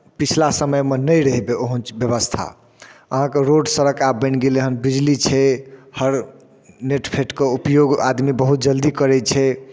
पछिला समयमे नहि रहै ओहन व्यवस्था अहाँके रोड सड़क आब बनि गेल हेँ बिजली छै हर नेट फेटके उपयोग आदमी बहुत जल्दी करै छै